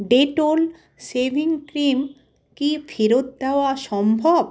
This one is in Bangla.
ডেটল শেভিং ক্রিম কি ফেরত দেওয়া সম্ভব